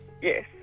Yes